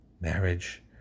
marriage